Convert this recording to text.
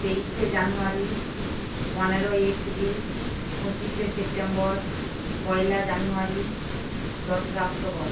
তেইশে জানুয়ারি পনেরোই এপ্রিল পঁচিশে সেপ্টেম্বর পয়লা জানুয়ারি দোসরা অক্টোবর